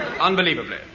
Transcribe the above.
Unbelievably